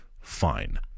fine